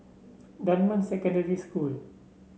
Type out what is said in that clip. Dunman Secondary School